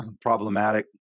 problematic